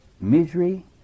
misery